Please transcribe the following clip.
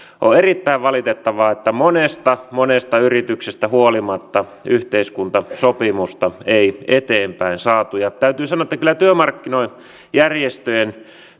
on erittäin valitettavaa että monesta monesta yrityksestä huolimatta yhteiskuntasopimusta ei eteenpäin saatu ja täytyy sanoa että kyllä työmarkkinajärjestöjen